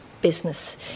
business